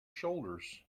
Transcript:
shoulders